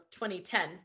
2010